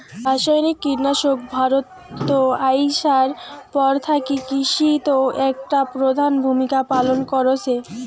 রাসায়নিক কীটনাশক ভারতত আইসার পর থাকি কৃষিত একটা প্রধান ভূমিকা পালন করসে